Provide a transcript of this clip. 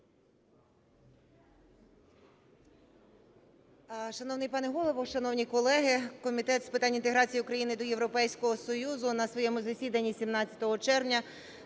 Шановний пане Голово, шановні колеги! Комітет з питань інтеграції України до Європейського Союзу на своєму засіданні 17 червня